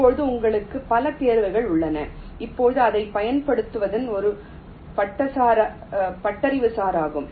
இப்போது உங்களுக்கு பல தேர்வுகள் உள்ளன இப்போது அதைப் பயன்படுத்துவது ஒரு பட்டறிவுசார் ஆகும்